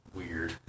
weird